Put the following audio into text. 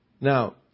Now